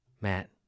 Matt